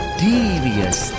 devious